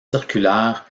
circulaire